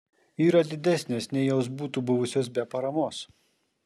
yra didesnės nei jos būtų buvusios be paramos